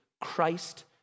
Christ